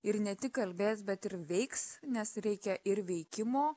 ir ne tik kalbės bet ir veiks nes reikia ir veikimo